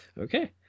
Okay